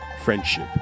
friendship